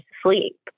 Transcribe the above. sleep